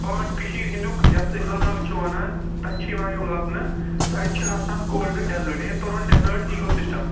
part کٔشیٖرۍ ہنٛدیٛک یَتھ أسۍ لداخ چھِ وَنان تَتہِ چھِ یِوان یم لَبنہٕ تہٕ اَتہِ چھِ آسان کولڈٕ ڈیٚزٲرٹ یعنی تُرُن ڈیٚزٲرٹ ایٖکو سِسٹَم